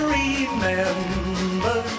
remember